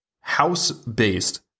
house-based